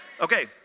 Okay